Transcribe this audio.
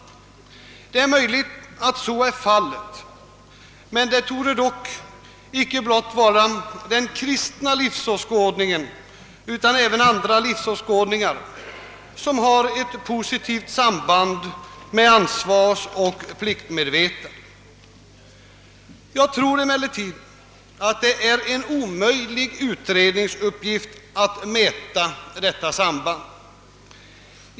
Det är möjligt att så är fallet, men det torde dock icke blott vara den kristna livsåskådningen utan även andra livsåskådningar som har ett positivt samband med ansvarskänsla och pliktmedvetenhet. Jag tror emellertid, att det är en omöjlig utredningsuppgift att mäta detta samband.